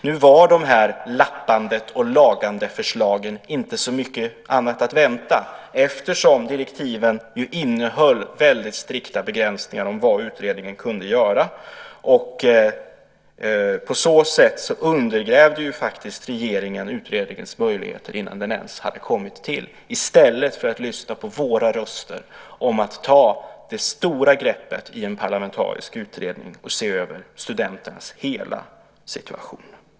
Nu var det ju inte så mycket annat att vänta än de här lappande-och-lagande-förslagen eftersom direktiven innehöll strikta begränsningar för vad utredningen kunde göra. På så sätt undergrävde faktiskt regeringen utredningens möjligheter innan den ens hade kommit till, i stället för att lyssna på våra röster om att ta det stora greppet i en parlamentarisk utredning och se över studenternas hela situation.